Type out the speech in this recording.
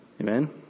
Amen